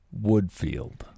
Woodfield